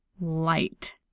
Light